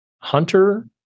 Hunter